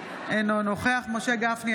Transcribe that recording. אינו נוכח משה גפני,